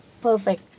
perfect